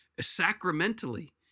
sacramentally